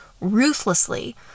ruthlessly